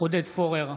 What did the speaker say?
עודד פורר,